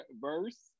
verse